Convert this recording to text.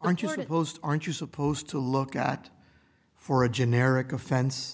aren't you learned most aren't you supposed to look at for a generic offense